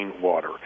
water